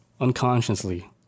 unconsciously